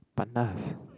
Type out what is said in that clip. pandas